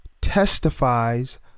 testifies